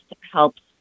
helps